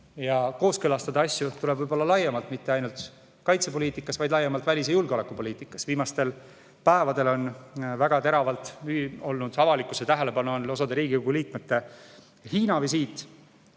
ja kooskõlastada tuleb asju laiemalt mitte ainult kaitsepoliitikas, vaid laiemalt ka välis‑ ja julgeolekupoliitikas. Viimastel päevadel on väga teravalt olnud avalikkuse tähelepanu all osa Riigikogu liikmete Hiina-visiit.